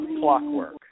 clockwork